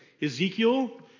Ezekiel